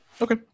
Okay